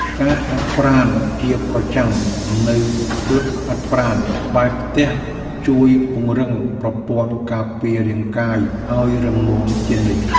ការហាត់ប្រាណជាប្រចាំនៅក្លឹបហាត់ប្រាណក្បែរផ្ទះជួយពង្រឹងប្រព័ន្ធការពាររាងកាយឱ្យរឹងមាំជានិច្ច។